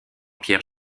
pierre